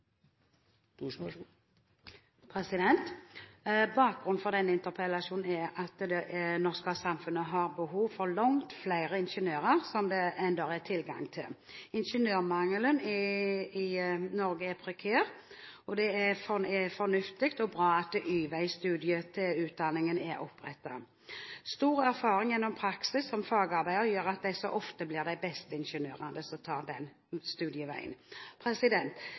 nr. 1. Bakgrunnen for denne interpellasjonen er at det norske samfunnet har behov for langt flere ingeniører enn det er tilgang på. Ingeniørmangelen i Norge er prekær, og det er fornuftig og bra at Y-veistudiet til utdanningen er opprettet. Stor erfaring gjennom praksis som fagarbeider gjør at de som tar den